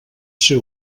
ser